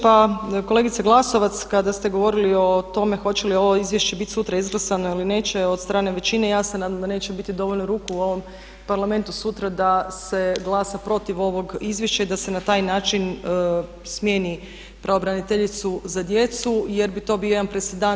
Pa kolegice Glasovac kada ste govorili o tome hoće li ovo izvješće biti sutra izglasano ili neće od strane većine ja se nadam da neće biti dovoljno ruku u ovom Parlamentu sutra da se glasa protiv ovog izvješća i da se na taj način smjeni pravobraniteljicu za djecu jer bi to bio jedan presedan.